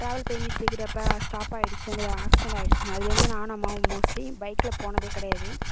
travel பண்ணிகிட்டு இருக்கிறப்ப stop ஆகிடுச்சி அந்த ஆக்சிடெண்ட் ஆகிடுச்சின்னு அதுலேருந்து நானும் அம்மாவும் மோஸ்ட்லி பைக்கில் போனதே கிடையாது